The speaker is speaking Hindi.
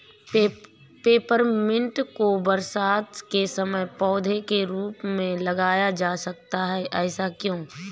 पेपरमिंट को बरसात के समय पौधे के रूप में लगाया जाता है ऐसा क्यो?